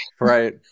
Right